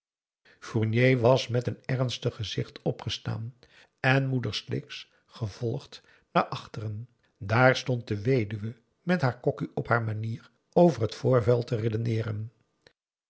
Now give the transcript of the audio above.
fournier was met een ernstig gezicht opgestaan en moeder sleeks gevolgd naar achteren daar stond de weduwe met haar kokki op haar manier over het voorval te redeneeren